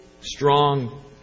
strong